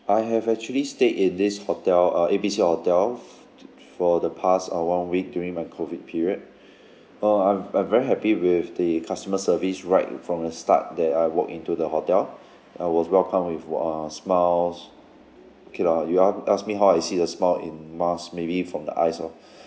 I have actually stayed in this hotel uh A B C hotel f~ for the past uh one week during my COVID period uh I'm I'm very happy with the customer service right from the start that I walked into the hotel I was welcomed with uh smiles okay lah you all ask me how I see the smile in mask maybe from the eyes lor